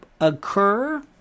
occur